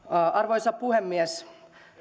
arvoisa puhemies